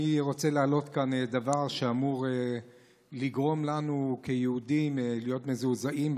אני רוצה להעלות כאן דבר שאמור לגרום לנו כיהודים להיות מזועזעים.